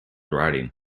riding